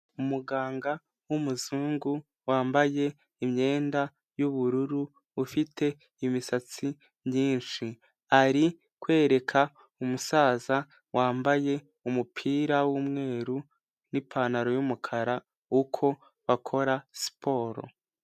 Umuganga w'umuzungu wambaye imyenda y'ubururu ufite imisatsi myinshi, ari kwereka umusaza wambaye umupira w'umweru n'ipantaro y'umukara uko bakora siporo.